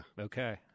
Okay